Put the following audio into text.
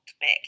back